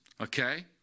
okay